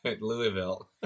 Louisville